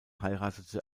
heiratete